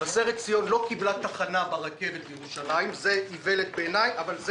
מבשרת ציון לא קיבלה תחנה ברכבת לירושלים זו איוולת בעיניי אבל עם